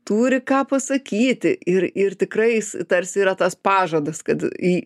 turi ką pasakyti ir ir tikrai jis tarsi yra tas pažadas kad į